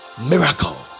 miracle